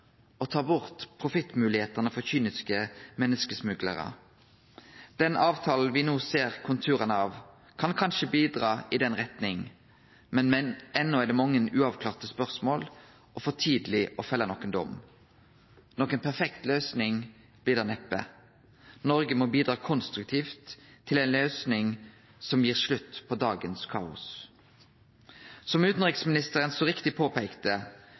og ta bort profittmoglegheitene for kyniske menneskesmuglarar. Den avtalen me no ser konturane av, kan kanskje bidra i den retninga, men enno er det mange uavklarte spørsmål og for tidleg å felle nokon dom. Noka perfekt løysing blir det neppe. Noreg må bidra konstruktivt til ei løysing som får slutt på dagens kaos. Som utanriksministeren så riktig påpeikte,